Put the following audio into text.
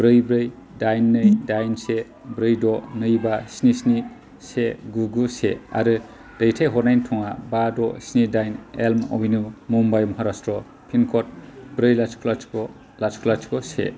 ब्रै ब्रै दाइन नै दाइन से ब्रै द नै बा स्नि स्नि से गु गु से आरो दैथाय हरनायनि थङा बा द स्नि दाइन Elm Avenue Mumbai Maharashtra' pincode ब्रै लाथिख लाथिख लाथिख लाथिख से